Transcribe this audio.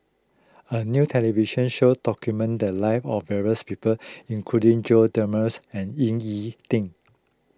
a new television show documented the live of various people including Jose D'Almeidas and Ying E Ding